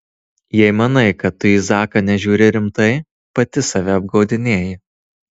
jei manai kad tu į zaką nežiūri rimtai pati save apgaudinėji